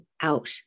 out